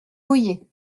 mouillées